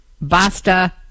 Basta